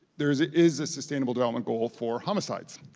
there is ah is a sustainable development goal for homicides.